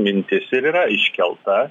mintis ir yra iškelta